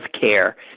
care